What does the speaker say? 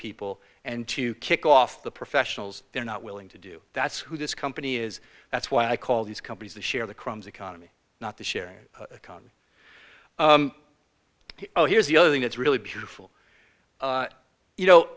people and to kick off the professionals they're not willing to do that's who this company is that's why i call these companies the share the crumbs economy not the sharing economy oh here's the other thing that's really beautiful you know